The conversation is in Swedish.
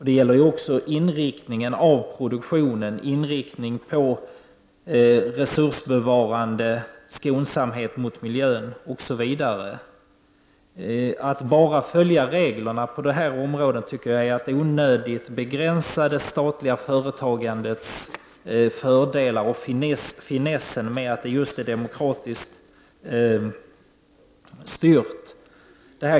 Det gäller också inriktningen av produktionen, dvs. inriktningen på resursbevarande skonsamhet mot miljön osv. Att bara följa reglerna på dessa områden är att onödigt begränsa det statliga företagandets fördelar och finessen med att det är demokratiskt styrt.